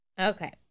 Okay